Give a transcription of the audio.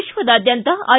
ವಿಶ್ವದಾದ್ಯಂತ ಐ